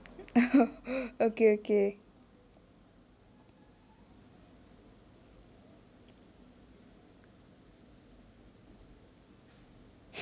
okay okay